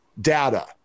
data